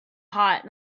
hot